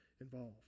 involved